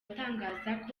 atangaza